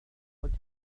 would